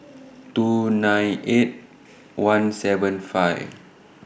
two nine eight one seven five